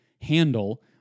handle